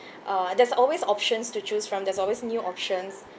uh there's always options to choose from there's always new options